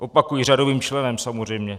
Opakuji řadovým členem, samozřejmě.